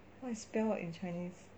what is spell in chinese